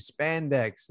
spandex